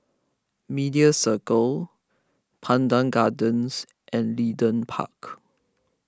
Media Circle Pandan Gardens and Leedon Park